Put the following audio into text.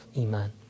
iman